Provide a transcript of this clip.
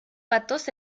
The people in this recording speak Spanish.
patos